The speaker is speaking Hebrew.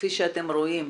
כפי שאתם רואים,